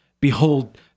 behold